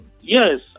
Yes